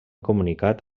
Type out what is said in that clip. comunicat